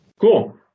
Cool